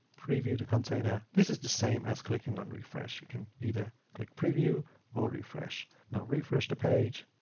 preview the container. this is the same as clicking on refresh, you can either click preview or refresh. now refresh the page.